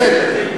בסדר.